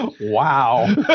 Wow